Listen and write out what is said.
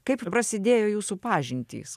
kaip prasidėjo jūsų pažintys